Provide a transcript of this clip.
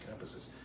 campuses